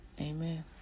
Amen